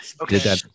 Okay